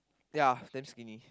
ya damn skinny